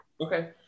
Okay